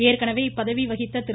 ஏற்கனவே இப்பதவி வகித்த திரு